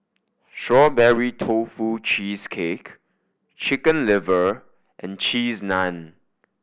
Strawberry Tofu Cheesecake Chicken Liver and Cheese Naan